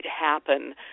happen